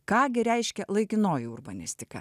ką gi reiškia laikinoji urbanistika